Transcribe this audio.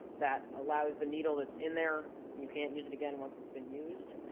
that allows the needle that's in there, you can't use it again once it's been used.